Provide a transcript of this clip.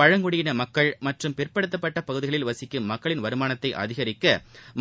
பழங்குடியின மக்கள் மற்றும் பிற்படுத்தப்பட்ட பகுதிகளில் வசிக்கும் மக்களின் வருமானத்தை அதிகரிக்க